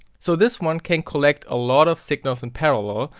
so this one can collect a lot of signals in parallel,